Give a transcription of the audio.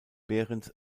behrens